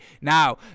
Now